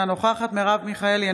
אינה נוכחת מרב מיכאלי,